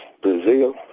Brazil